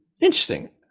interesting